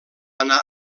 anar